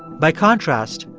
by contrast,